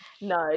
No